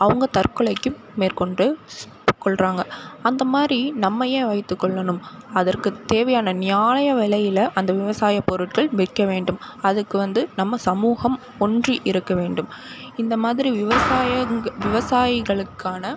அவங்க தற்கொலைக்கு மேற்கொண்டு கொள்கிறாங்க அந்த மாதிரி நம்ம ஏன் வைத்துக்கொள்ளணும் அதற்கு தேவையான நியாய விலையில் அந்த விவசாய பொருட்கள் விற்க வேண்டும் அதுக்கு வந்து நம்ம சமூகம் ஒன்றி இருக்க வேண்டும் இந்த மாதிரி விவசாயங்க விவசாயிகளுக்கான